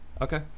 Okay